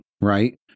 right